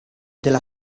della